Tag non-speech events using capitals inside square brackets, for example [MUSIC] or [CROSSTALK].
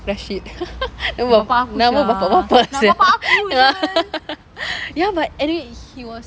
rashid [LAUGHS] nama bapa nama bapa-bapa sia ya [LAUGHS] ya but anyway he was